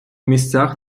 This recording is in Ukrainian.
місцях